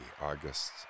August